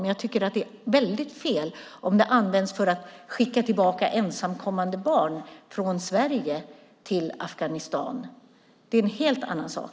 Men jag tycker att det är väldigt fel om de används för ensamkommande barn som skickas tillbaka från Sverige till Afghanistan. Det är en helt annan sak.